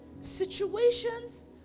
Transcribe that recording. Situations